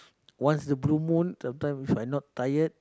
once a blue moon sometimes If I not tired